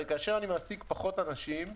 כאשר אני מעסיק פחות אנשים,